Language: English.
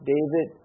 David